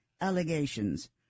allegations